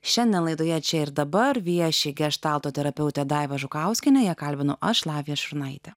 šiandien laidoje čia ir dabar vieši geštalto terapeutė daiva žukauskienė ją kalbino aš lavija šurnaitė